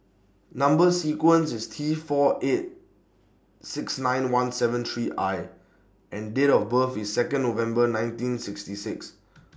Number sequence IS T four eight six nine one seven three I and Date of birth IS Second November nineteen sixty six